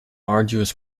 arduous